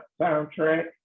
soundtrack